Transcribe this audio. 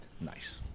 Nice